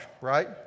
right